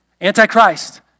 Antichrist